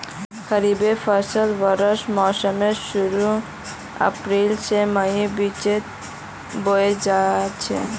खरिफेर फसल वर्षा मोसमेर शुरुआत अप्रैल से मईर बिचोत बोया जाछे